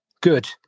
Good